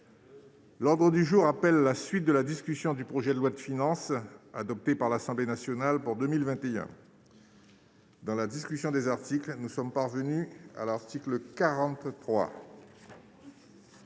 L'ordre du jour appelle la suite de la discussion du projet de loi de finance adoptée par l'Assemblée nationale pour 2021. Dans la discussion des articles, nous sommes parvenus à l'article 43.